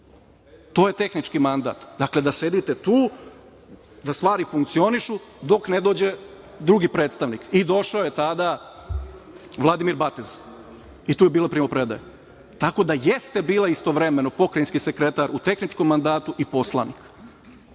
to je tehnički mandat, dakle, da sedite tu, da stvari funkcionišu dok ne dođe drugi predstavnik i došao je tada Vladimir Batez i tu je bila primopredaja. Tako da jeste bila istovremeno pokrajinski sekretar u tehničkom mandatu i poslanik. Poznato